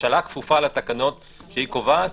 הממשלה כפופה לתקנות שהיא קובעת,